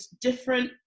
different